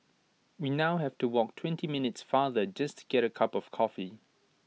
we now have to walk twenty minutes farther just to get A cup of coffee